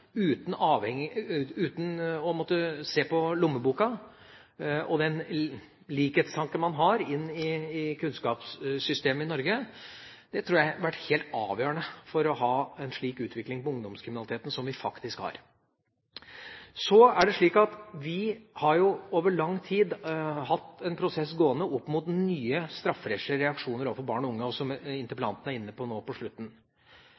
uten å måtte se på lommeboka, og den likhetstanken man har når det gjelder kunnskapssystemet i Norge, tror jeg har vært helt avgjørende for å ha en slik utvikling av ungdomskriminaliteten som vi faktisk har. Så er det slik at vi over lang tid jo har hatt en prosess gående opp mot nye strafferettslige reaksjoner overfor barn og unge, som interpellanten var inne på nå på slutten.